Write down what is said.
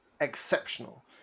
exceptional